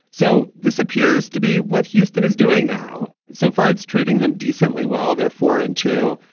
so this appears to be what houston is doing now. so far, it's treating them decently. well, they're foreign, too,